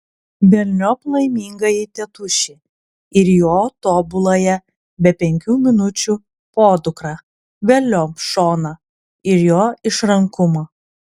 velniop laimingąjį tėtušį ir jo tobuląją be penkių minučių podukrą velniop šoną ir jo išrankumą